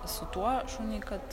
su tuo šuniui kad